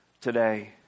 today